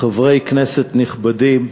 חברי כנסת נכבדים,